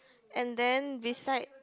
and then beside